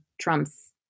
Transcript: Trump's